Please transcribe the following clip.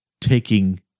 taking